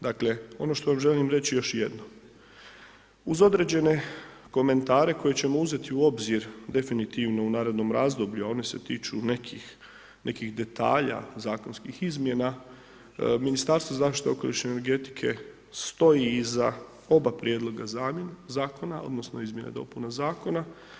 Dakle, ono što vam želim reći, još jednom, uz određene komentare koje ćemo uzeti u obzir, definitivno u narednom razdoblju, a one se tiču nekih detalja, zakonskih izmjena ministarstvo zaštite okoliša i energetike stoji iza oba prijedloga zakona odnosno, izmjene i dopune zakona.